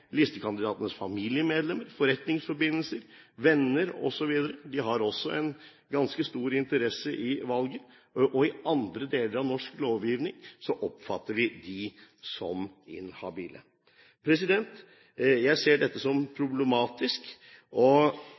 listekandidatenes familiemedlemmer, forretningsforbindelser, venner osv.? De har også en ganske stor interesse av valgutfallet. I andre deler av norsk lovgivning oppfatter vi dem som inhabile. Jeg ser dette som problematisk og